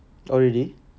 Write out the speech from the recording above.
oh really